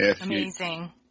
Amazing